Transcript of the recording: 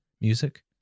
Music